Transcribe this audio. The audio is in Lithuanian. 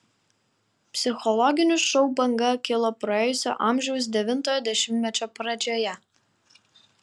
psichologinių šou banga kilo praėjusio amžiaus devintojo dešimtmečio pradžioje